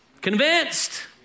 Convinced